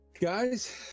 Guys